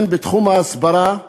הן בתחום ההסברה,